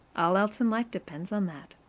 all else in life depends on that.